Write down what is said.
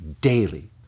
daily